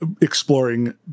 exploring